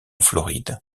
floride